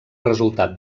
resultat